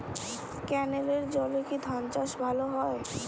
ক্যেনেলের জলে কি ধানচাষ ভালো হয়?